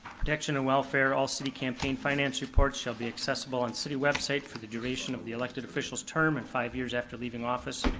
protection and welfare, all city campaign finance reports shall be accessible on city website for the duration of the elected official's term and five years after leaving office.